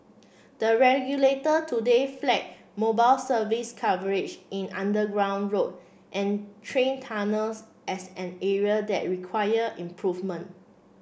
the regulator today flag mobile service coverage in underground road and train tunnels as an area that required improvement